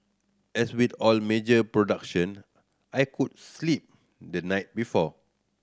as with all major production I could sleep the night before